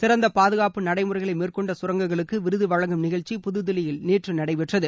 சிறந்த பாதுகாப்பு நடைமுறைகளை மேண்கொண்ட கரங்கங்களுக்கு விருது வழங்கும் நிகழ்ச்சி புதுதில்லியில் நேற்று நடைபெற்றது